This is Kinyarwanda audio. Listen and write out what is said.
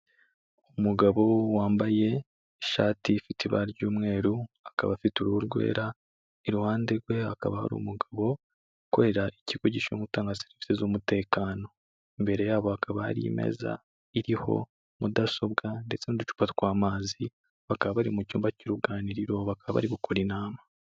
Umugabo wambaye ishati ifite ibara ry'umweru akaba afite uruhu rwera, iruhande rwera akaba hari umugabo ukorera ikigo gishinzwe gutanga serivisi z'umutekano. Imbere yabo hakaba hari imeza iriho mudasobwa ndetse n'ududucupa tw'amazi bakaba bari mu cyumba cy'uruganiriro bakaba bari gukora inama.